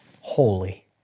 holy